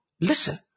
Listen